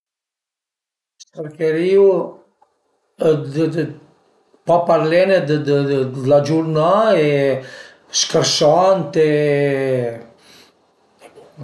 Cercherìu dë dë d'pa parlene dë dë 'la giurnà e schërsant